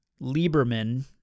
Lieberman